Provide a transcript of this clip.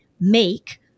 make